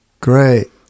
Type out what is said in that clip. Great